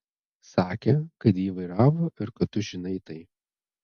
sakė kad jį vairavo ir kad tu žinai tai